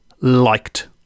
liked